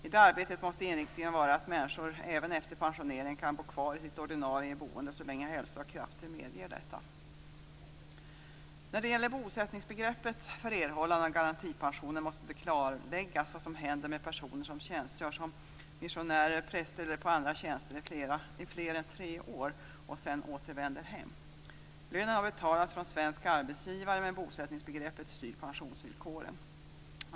I det arbetet måste inriktningen vara att människor även efter pensioneringen kan bo kvar i ett ordinarie boende så länge hälsa och krafter medger detta. När det gäller bosättningsbegreppet för erhållande av garantipensioner måste det klarläggas vad som händer med personer som tjänstgör som missionärer, präster eller på andra tjänster i mer än tre år och sedan återvänder hem. Lönen har betalats från svensk arbetsgivare, men bosättningsbegreppet styr pensionsvillkoren.